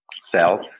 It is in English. self